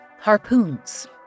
harpoons